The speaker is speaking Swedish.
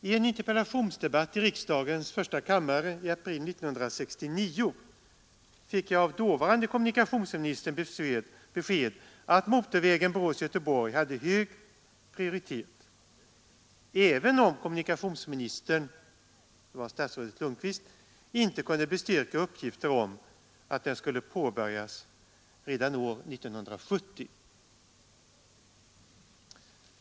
I en interpellationsdebatt i riksdagens första kammare i april 1969 fick jag av dåvarande kommunikationsministern besked att motorvägen Borås-Göteborg hade hög prioritet, även om kommunikationsministern — det var statsrådet Lundkvist — inte kunde bestyrka uppgifter om att den skulle påbörjas redan år 1970.